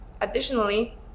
Additionally